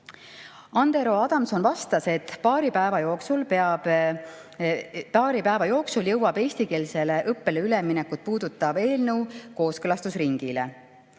Andero Adamson vastas, et paari päeva jooksul jõuab eestikeelsele õppele üleminekut puudutav eelnõu kooskõlastusringile.